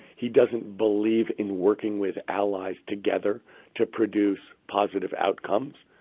he doesn't believe in working with allies together to produce positive outcomes.